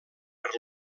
per